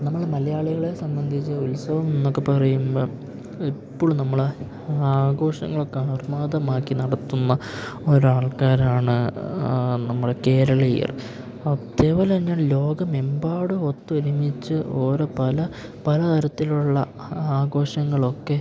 നമ്മൾ മലയാളികളെ സംബന്ധിച്ച് ഉത്സവം എന്നൊക്കെ പറയുമ്പം എപ്പോഴും നമ്മൾ ആഘോഷങ്ങൾക്ക് ആർമാദമാക്കി നടത്തുന്ന ഒരാൾക്കാരാണ് നമ്മുടെ കേരളീയർ അതേ പോലെ തന്നെയാണ് ലോകമെമ്പാടും ഒത്തൊരുമിച്ച് ഓരോ പല പലതരത്തിലുള്ള ആ ആഘോഷങ്ങളൊക്കെ